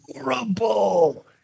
horrible